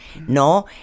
¿no